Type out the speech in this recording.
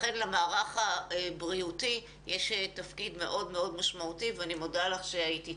לכן למערך הבריאותי יש תפקיד מאוד מאוד משמעותי ואני מודה לך היית אתנו.